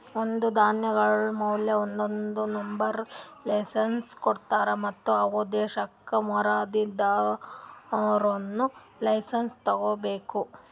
ಎಲ್ಲಾ ಧಾನ್ಯಗೊಳ್ ಮ್ಯಾಲ ಒಂದೊಂದು ನಂಬರದ್ ಲೈಸೆನ್ಸ್ ಕೊಡ್ತಾರ್ ಮತ್ತ ಯಾವ ದೇಶಕ್ ಮಾರಾದಿದ್ದರೂನು ಲೈಸೆನ್ಸ್ ತೋಗೊಬೇಕು